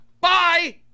Bye